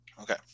Okay